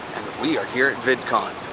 we are here at vidcon.